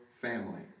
family